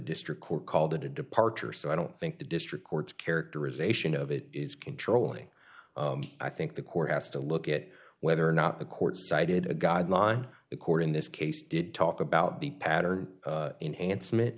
district court called it a departure so i don't think the district court's characterization of it is controlling i think the court has to look at whether or not the court cited a guideline the court in this case did talk about the pattern